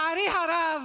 לצערי הרב,